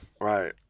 Right